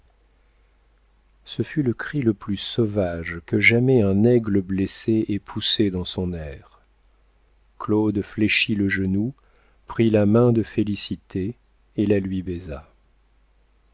ce fut le cri le plus sauvage que jamais un aigle blessé ait poussé dans son aire claude fléchit le genou prit la main de félicité et la lui baisa